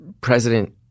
president